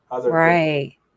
Right